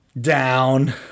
down